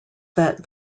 that